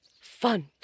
fun